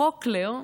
חוק לאום,